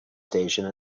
station